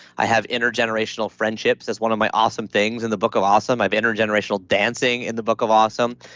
i have intergenerational friendships that's one of my awesome things in the book of awesome. i've intergenerational dancing in the book of awesome.